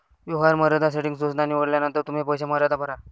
व्यवहार मर्यादा सेटिंग सूचना निवडल्यानंतर तुम्ही पैसे मर्यादा भरा